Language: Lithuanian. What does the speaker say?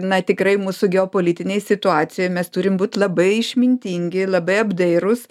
na tikrai mūsų geopolitinėj situacijoje mes turim būti labai išmintingi labai apdairus